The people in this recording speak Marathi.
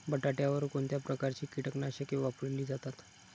बटाट्यावर कोणत्या प्रकारची कीटकनाशके वापरली जातात?